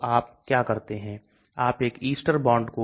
तो घुलनशीलता को मापने के लिए कई उपकरण है